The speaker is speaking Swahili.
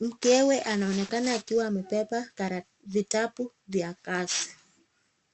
mkewe anaonekana akiwa amebeba vitabu vya kazi.